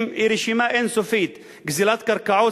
היא רשימה אין-סופית: גזלת קרקעות,